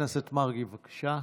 חבר הכנסת מרגי, בבקשה.